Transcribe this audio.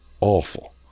awful